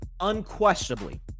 unquestionably